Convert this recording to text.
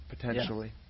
potentially